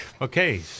Okay